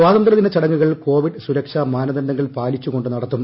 സ്വാതന്ത്രൃദിന ചടങ്ങുകൾ കോവിഡ് സുരക്ഷാ മാനദണ്ഡങ്ങൾ പാലിച്ചുകൊണ്ട് നടത്തും